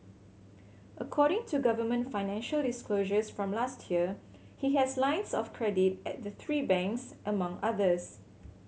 according to government financial disclosures from last year he has lines of credit at the three banks among others